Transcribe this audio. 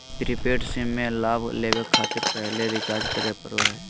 prepaid SIM में लाभ लेबे खातिर पहले रिचार्ज करे पड़ो हइ